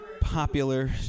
Popular